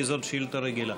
כי זאת שאילתה רגילה.